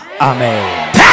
Amen